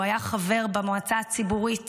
הוא היה חבר במועצה הציבורית